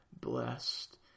blessed